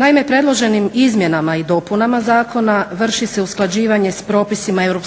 Naime, predloženim izmjenama i dopunama zakona vrši se usklađivanje s propisima EU,